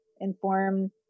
inform